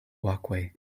walkway